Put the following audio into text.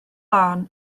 lân